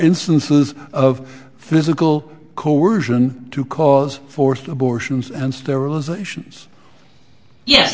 instances of physical coercion to cause for abortions and sterilizations ye